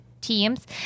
teams